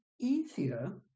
easier